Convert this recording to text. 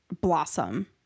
blossom